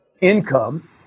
income